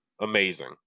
Amazing